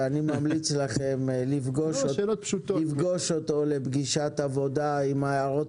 ואני ממליץ לכם לפגוש אותו לפגישת עבודה עם ההערות